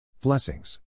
Blessings